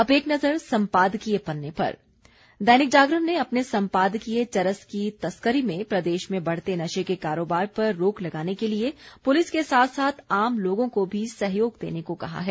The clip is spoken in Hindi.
अब एक नज़र सम्पादकीय पन्ने पर दैनिक जागरण ने अपने सम्पादकीय चरस की तस्करी में प्रदेश में बढ़ते नशे के कारोबार पर रोक लगाने के लिये पुलिस के साथ साथ आम लोगों को भी सहयोग देने को कहा है